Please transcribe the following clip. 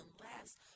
last